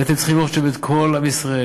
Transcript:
הייתם צריכים לראות שם את כל עם ישראל,